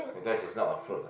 because it's not a fruit